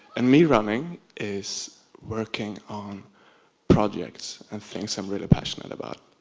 and me running is working on projects and things i'm really passionate about.